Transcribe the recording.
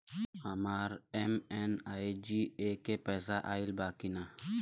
हमार एम.एन.आर.ई.जी.ए के पैसा आइल बा कि ना?